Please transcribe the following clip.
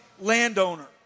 landowner